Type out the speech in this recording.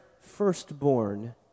firstborn